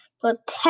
protect